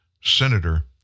senator